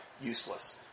useless